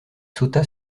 sauta